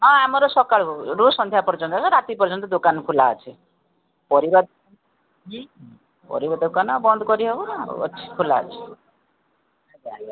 ହଁ ଆମର ସକାଳରୁ ସଂଧ୍ୟା ପର୍ଯ୍ୟନ୍ତ ରାତି ପର୍ଯ୍ୟନ୍ତ ଦୋକାନ ଖୋଲା ଅଛି ପରିବା ପରିବା ଦୋକାନ ଆଉ ବନ୍ଦ କରିହବ ନା ଆଉ ଅଛି ଖୋଲା ଅଛି ଆଜ୍ଞା ଆଜ୍ଞା